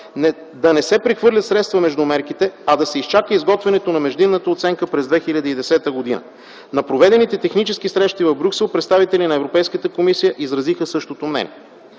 да не се прехвърлят средства между мерките, а да се изчака изготвянето на междинната оценка през 2010 г. На проведените технически срещи в Брюксел представители на Европейската комисия изразиха същото мнение.